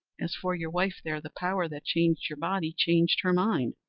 as for your wife there, the power that changed your body changed her mind.